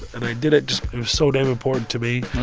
and i did it just it was so damn important to me.